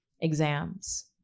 Exams